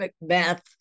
Macbeth